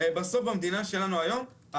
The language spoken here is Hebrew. בסוף במדינה שלנו היום,